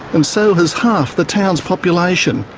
and so has half the town's population,